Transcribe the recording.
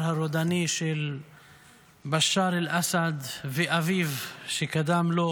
הרודני של בשאר אל-אסד ואביו שקדם לו,